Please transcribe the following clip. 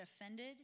offended